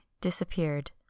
disappeared